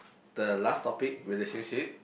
the last topic relationship